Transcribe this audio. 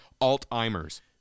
Alzheimer's